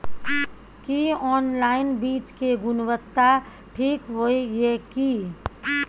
की online बीज के गुणवत्ता ठीक होय ये की?